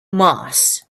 moss